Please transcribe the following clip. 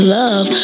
love